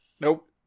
Nope